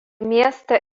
miestą